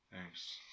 Thanks